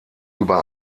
über